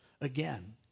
again